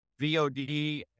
VOD